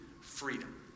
freedom